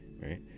right